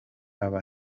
aba